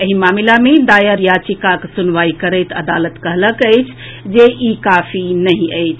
एहि मामिला मे दायर याचिकाक सुनवाई करैत अदालत कहलक अछि जे ई काफी नहि अछि